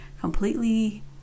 completely